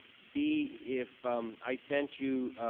b if i sent you